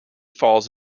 falls